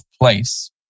place